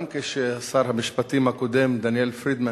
גם כששר המשפטים הקודם, דניאל פרידמן,